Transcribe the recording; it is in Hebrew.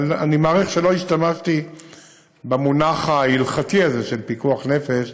אבל אני מעריך שלא השתמשתי במונח ההלכתי הזה של "פיקוח נפש",